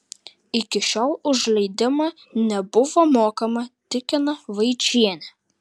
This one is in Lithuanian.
iki šiol už leidimą nebuvo mokama tikina vaičienė